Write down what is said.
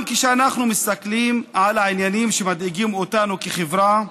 גם כשאנחנו מסתכלים על העניינים שמדאיגים אותנו כחברה,